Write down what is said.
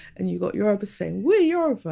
and you got yorubas saying we're yoruba,